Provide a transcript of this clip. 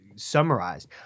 Summarized